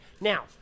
Now